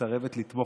שמסרבת לתמוך,